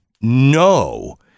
no